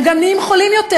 הם גם נהיים חולים יותר,